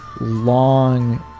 long